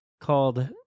called